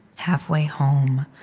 halfway home,